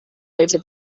over